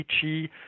itchy